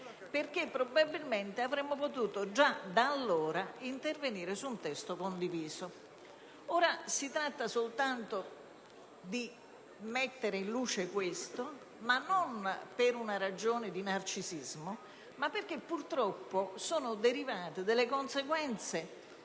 perché probabilmente avremmo potuto già da allora dar vita ad un testo condiviso. Ora si tratta soltanto di mettere in luce questo non per una ragione di narcisismo, ma perché purtroppo sono derivate delle conseguenze